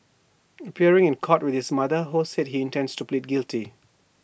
appearing in court with his mother ho said he intends to plead guilty